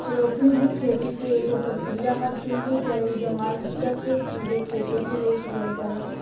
रोपनी भी खेती के एगो प्रक्रिया ह, जेइमे जरई जमाल बिया के सीधे खेते मे रोप दिहल जाला